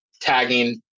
tagging